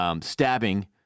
stabbing